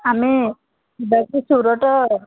ଆମେ ଯିବା କି ସୁରଟ